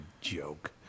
joke